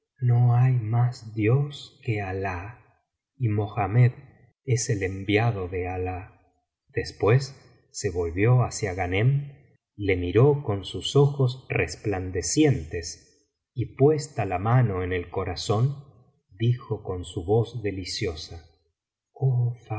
no hay mas dios que alah y mohamed es el enviado de alah después se volvió hacia ghanem le miró con sus ojos resplandecientes y puesta la mano en el corazón dijo con su voz deliciosa